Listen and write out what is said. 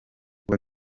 kuba